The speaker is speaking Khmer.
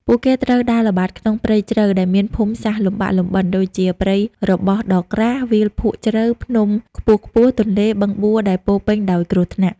ពួកគេត្រូវដើរល្បាតក្នុងព្រៃជ្រៅ ដែលមានភូមិសាស្រ្តលំបាកលំបិន ដូចជាព្រៃរបោះដ៏ក្រាស់ វាលភក់ជ្រៅ ភ្នំខ្ពស់ៗ ទន្លេ បឹងបួ ដែលពោរពេញដោយគ្រោះថ្នាក់។